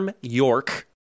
York